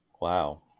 wow